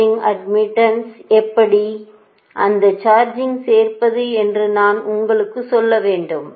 charging அட்மிட்டன்ஸில் எப்படி அந்த சார்ஜிங் சேர்ப்பது என்று நான் உங்களுக்குச் சொல்ல வேண்டும்